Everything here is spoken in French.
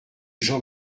jean